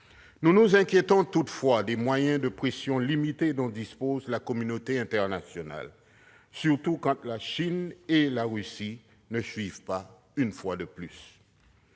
nous nous inquiétons des moyens de pression limités dont dispose la communauté internationale, surtout quand la Chine et la Russie, une fois de plus,